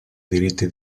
diritti